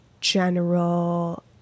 general